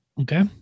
Okay